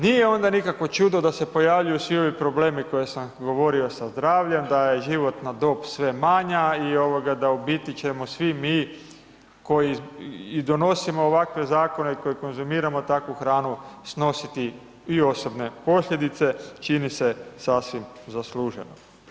Nije onda nikakvo čudo da se pojavljuju svi ovi problemi koje sam govorio sa zdravljem, da je životna dob sve manja i da u biti ćemo svi mi, koji i donosimo ovakve zakone i koji konzumiramo takvu hranu snositi i osobne posljedice, čini se sasvim zasluženo.